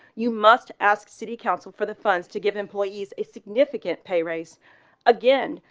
you must ask city council for the funds to give employees a significant pay raise again.